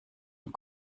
und